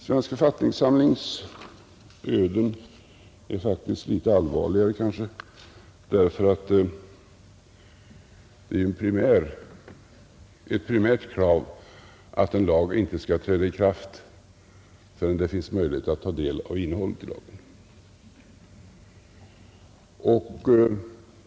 Svensk författningssamlings öden är faktiskt litet allvarligare kanske, därför att det är ett primärt krav att en lag inte skall träda i kraft förrän det finns möjlighet att ta del av innehållet i lagen.